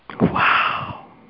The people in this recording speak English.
Wow